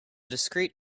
discrete